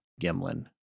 Gimlin